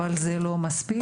אבל זה לא מספיק,